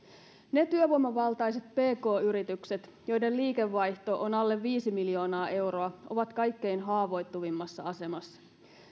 ne työvoimavaltaiset pk yritykset joiden liikevaihto on alle viisi miljoonaa euroa ovat kaikkein haavoittuvimmassa asemassa